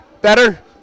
Better